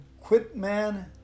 Quitman